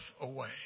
away